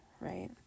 right